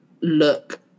look